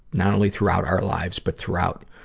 not only throughout our lives, but throughout,